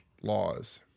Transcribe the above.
laws